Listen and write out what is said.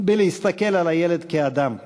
בלהסתכל על הילד כאדם,